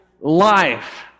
life